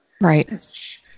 Right